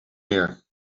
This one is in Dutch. meer